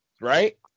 Right